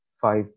five